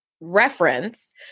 reference